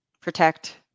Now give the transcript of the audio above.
protect